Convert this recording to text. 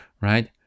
Right